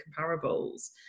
comparables